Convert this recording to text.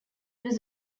was